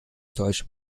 deutschen